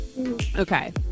Okay